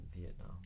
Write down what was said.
Vietnam